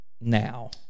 now